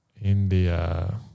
India